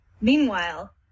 meanwhile